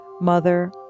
Mother